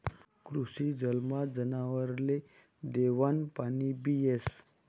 कृषी जलमा जनावरसले देवानं पाणीबी येस